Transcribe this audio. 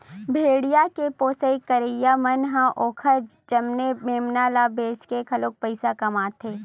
भेड़िया के पोसई करइया मन ह ओखर जनमे मेमना ल बेचके घलो पइसा कमाथे